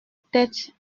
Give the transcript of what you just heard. tête